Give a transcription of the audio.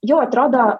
jau atrodo